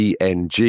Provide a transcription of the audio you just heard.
ENG